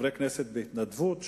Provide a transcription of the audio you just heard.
חברי כנסת בהתנדבות,